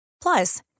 Plus